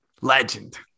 Legend